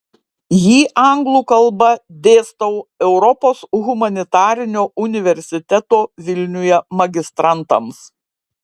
jį anglų kalba dėstau europos humanitarinio universiteto vilniuje magistrantams